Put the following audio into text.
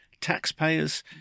taxpayers